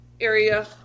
area